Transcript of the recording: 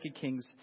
Kings